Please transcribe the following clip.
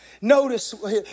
Notice